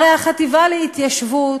הרי החטיבה להתיישבות,